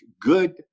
good